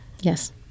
Yes